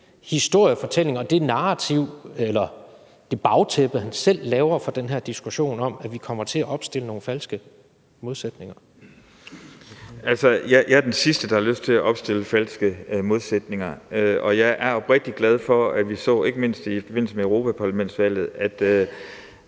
narrativ eller det bagtæppe, han selv laver for den diskussion om, at vi kommer til at opstille nogle falske modsætninger? Kl. 13:25 Uffe Elbæk (ALT): Jeg er den sidste, der har lyst til at opstille falske modsætninger, og jeg er oprigtig glad for, at vi så, ikke mindst i forbindelse med europaparlamentsvalget, at